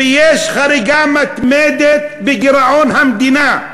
ויש חריגה מתמדת בגירעון המדינה?